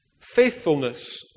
Faithfulness